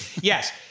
Yes